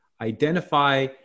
identify